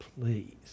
please